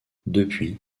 depuis